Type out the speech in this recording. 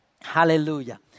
Hallelujah